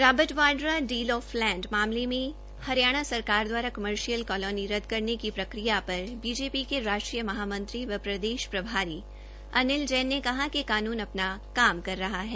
Robert Vadra deal of land मामले में हरियाणा सरकार द्वारा कमर्शियल कालोनी रद्द करने की प्रक्रिया पर बीजेपी के राष्ट्रीय महामंत्री व प्रदेश प्रभारी अनिल जैन ने कहा कि कानून अपना काम कर रहा है